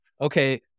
okay